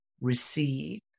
receive